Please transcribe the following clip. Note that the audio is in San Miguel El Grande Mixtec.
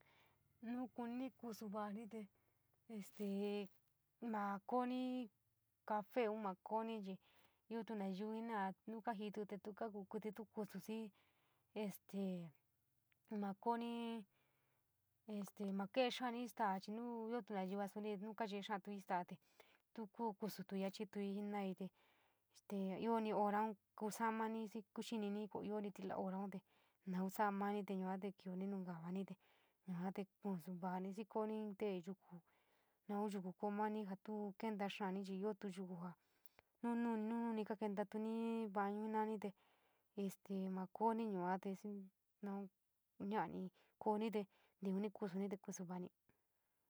Nu kuní kusovanii este ma koní cafeoun ma koní chi io tuo nayú jenouu nu kajipii te tu kaku kuete kuso xii este ma koní esto makee xoani staa chi no io tuo nayú souu no kayee saarto staa te tuo kuu kusotuu a chuuji jenout te este io no hora kusoumani xii kosinii koo koni tinipi hora te nou samanjo te yuu te kioni nonkaanto yua te kusou kaanpi xii kolonpi in te yoku, naun yuku koo man pon io saa tuo kenta xaani, chi io te yuku jaa nunuu, nomuun koo kento tuo xii bau jenoiuuni, te este ma koní yua te xii nau idani kooni tívíní kusou va´ani.